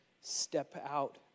step-out